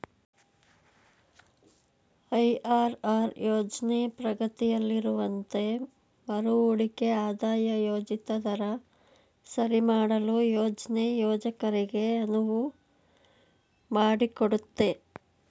IRR ಯೋಜ್ನ ಪ್ರಗತಿಯಲ್ಲಿರುವಂತೆ ಮರುಹೂಡಿಕೆ ಆದಾಯ ಯೋಜಿತ ದರ ಸರಿಮಾಡಲು ಯೋಜ್ನ ಯೋಜಕರಿಗೆ ಅನುವು ಮಾಡಿಕೊಡುತ್ತೆ